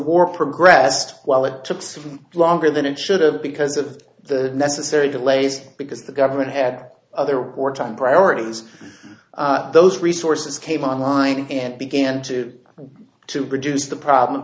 war progressed well it took some longer than it should have because of the necessary delays because the government had other wartime priorities those resources came on line and began to to produce the problem